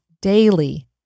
daily